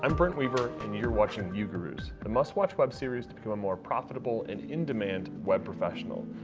um brent weaver, and you're watching ugurus, the must watch web series to become a more profitable and in-demand web professional.